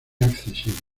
accesible